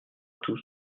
tous